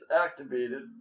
activated